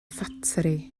ffatri